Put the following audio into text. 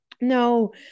No